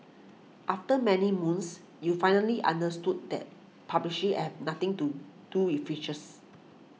after many moons you finally understood that pub she have nothing to do with features